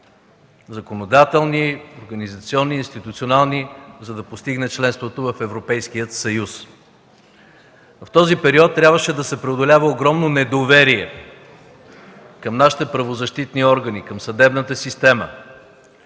законодателни, организационни, институционални, за да постигне членството в Европейския съюз. В този период трябваше да се преодолява огромно недоверие към нашите правозащитни органи – към съдебната система,